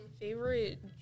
Favorite